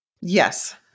Yes